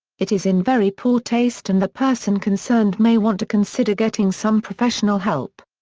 it is in very poor taste and the person concerned may want to consider getting some professional help.